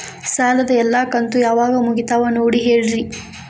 ಸಾಲದ ಎಲ್ಲಾ ಕಂತು ಯಾವಾಗ ಮುಗಿತಾವ ನೋಡಿ ಹೇಳ್ರಿ